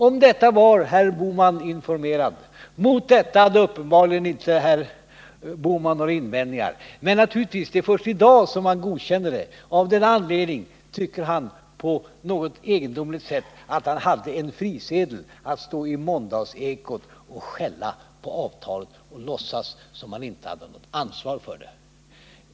Om detta var herr Bohman informerad. Mot detta hade herr Bohman uppenbarligen inte några invändningar. Det är först i dag som man formellt godkänner avtalet. Av den anledningen tycker han att han hade något slags frisedel att i måndagsekot skälla på avtalet och låtsas som om han inte hade något ansvar för det.